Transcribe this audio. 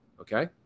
Okay